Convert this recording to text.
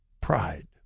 pride